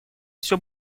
все